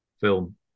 film